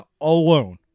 alone